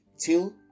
till